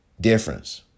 difference